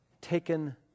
taken